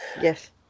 yes